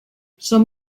són